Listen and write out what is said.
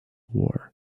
war